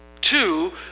two